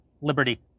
liberty